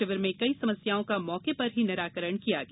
शिविर में कई समस्याओं का मौके पर ही निराकरण किया गया